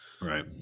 Right